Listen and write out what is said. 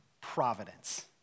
providence